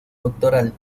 doctoral